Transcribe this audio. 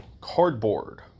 cardboard